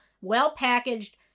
well-packaged